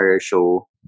show